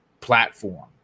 platform